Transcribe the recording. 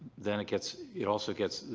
then it gets. it also gets.